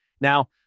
Now